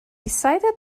cited